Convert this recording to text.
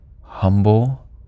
humble